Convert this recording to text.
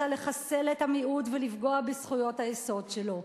לחסל את המיעוט ולפגוע בזכויות היסוד שלו.